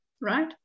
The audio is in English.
right